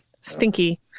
stinky